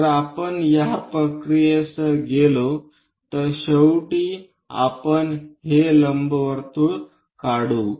जर आपण या प्रक्रियेसह गेलो तर शेवटी आपण हे लंबवर्तुळ काढू